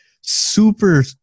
super